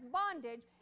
bondage